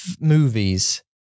movies